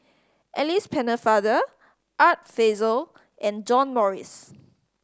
Alice Pennefather Art Fazil and John Morrice